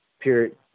period